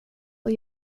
och